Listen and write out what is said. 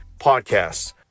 podcasts